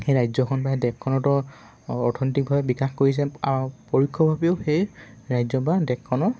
সেই ৰাজ্যখন বা সেই দেশখনতো অৰ্থনৈতিকভাৱে বিকাশ কৰিছে আৰু পৰোক্ষভাৱেও সেই ৰাজ্য বা দেশখনৰ